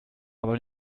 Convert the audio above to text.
aber